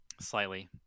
Slightly